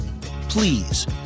Please